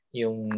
yung